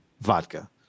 Vodka